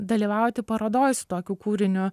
dalyvauti parodoj su tokiu kūriniu